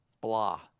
blah